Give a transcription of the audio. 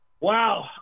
Wow